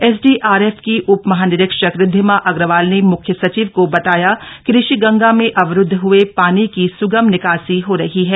SDRF की उपमहानिरीक्षक रिद्धिमा अग्रवाल ने म्ख्य सचिव को बताया कि ऋषि गंगा में अवरूदध हए पानी की सुगम निकासी हो रही है